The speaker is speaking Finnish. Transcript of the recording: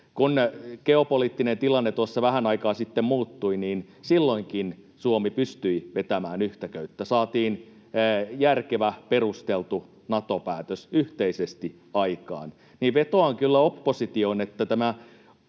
Kun geopoliittinen tilanne tuossa vähän aikaa sitten muuttui, silloinkin Suomi pystyi vetämään yhtä köyttä. Saatiin järkevä, perusteltu Nato-päätös yhteisesti aikaan. Vetoan kyllä oppositioon, että tämä